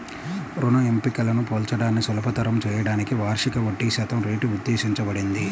రుణ ఎంపికలను పోల్చడాన్ని సులభతరం చేయడానికి వార్షిక వడ్డీశాతం రేటు ఉద్దేశించబడింది